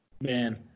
Man